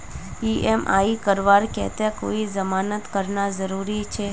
EMI करवार केते कोई जमानत होना जरूरी छे?